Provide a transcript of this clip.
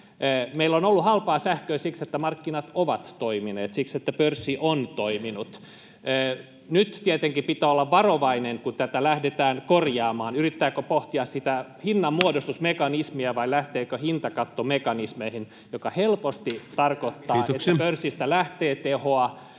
Meillä on ollut halpaa sähköä siksi, että markkinat ovat toimineet, siksi, että pörssi on toiminut. Nyt tietenkin pitää olla varovainen, kun tätä lähdetään korjaamaan: yrittääkö pohtia sitä hinnanmuodostusmekanismia, vai lähteäkö hintakattomekanismeihin, mikä helposti tarkoittaa sitä, [Puhemies: